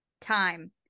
time